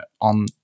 on